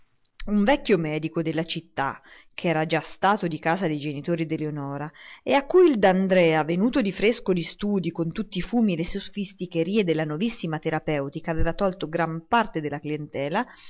un vecchio medico della città ch'era già stato di casa dei genitori d'eleonora e a cui il d'andrea venuto di fresco dagli studii con tutti i fumi e le sofisticherie della novissima terapeutica aveva tolto gran parte della clientela